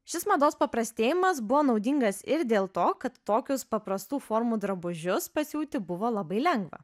šis mados paprastėjimas buvo naudingas ir dėl to kad tokius paprastų formų drabužius pasiūti buvo labai lengva